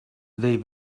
they